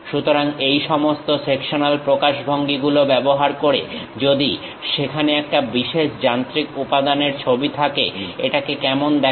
সুতরাং এই সমস্ত সেকশনাল প্রকাশভঙ্গি গুলো ব্যবহার করে যদি সেখানে একটা বিশেষ যান্ত্রিক উপাদানের ছবি থাকে এটাকে কেমন দেখাবে